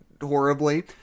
horribly